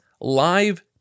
live